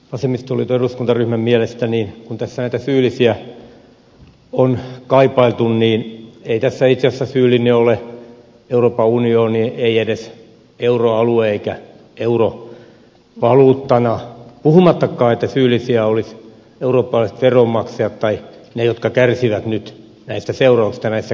vasemmistoliiton eduskuntaryhmän mielestä kun tässä näitä syyllisiä on kaipailtu ei tässä itse asiassa syyllinen ole euroopan unioni ei edes euroalue eikä euro valuuttana puhumattakaan että syyllisiä olisivat eurooppalaiset veronmaksajat tai ne jotka kärsivät nyt näistä seurauksista näissä kriisimaissa